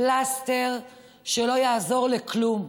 פלסטר שלא יעזור לכלום.